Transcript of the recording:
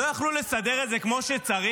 לא יכלו לסדר את זה כמו שצריך?